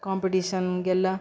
ಕಾಂಪಿಟೀಷನ್ಗೆಲ್ಲ